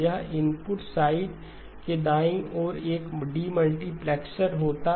यह input side के दाईं ओर एक डीमल्टीप्लेक्सर होता